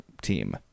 team